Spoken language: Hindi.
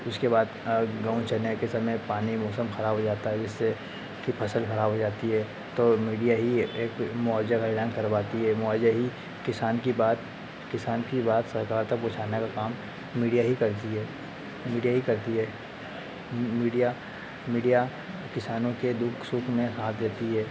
उसके बाद गेहूँ चने के समय पानी मौसम ख़राब हो जाता है इससे कि फ़सल ख़राब हो जाती है तो मीडिया ही एक मुआवज़ा का ऐलान करवाता है मुआवजा ही किसान की बात किसान की बात सरकार तक पहुँचाने का काम मीडिया ही करता है मीडिया ही करता है मीडिया मीडिया किसानों के दुख सुख में साथ देता है